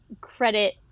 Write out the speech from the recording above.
credit